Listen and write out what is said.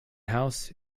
house